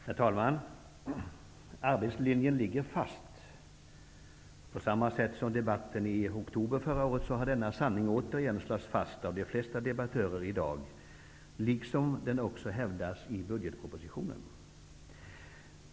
Herr talman! Arbetslinjen ligger fast. På samma sätt som i debatten här i riksdagen i oktober förra året har denna sanning återigen slagits fast av de flesta debattörer i dag liksom den också hävdas i budgetpropositionen.